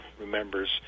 remembers